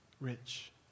rich